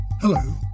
Hello